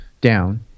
down